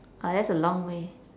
ah that's a long way